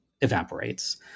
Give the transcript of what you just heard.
evaporates